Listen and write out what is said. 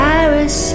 Paris